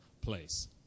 place